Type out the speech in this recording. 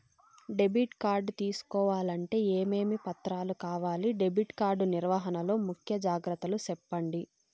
Debit card తీసుకోవాలంటే ఏమేమి పత్రాలు కావాలి? డెబిట్ కార్డు నిర్వహణ లో ముఖ్య జాగ్రత్తలు సెప్పండి?